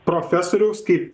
profesoriaus kaip